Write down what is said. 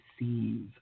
receive